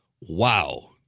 wow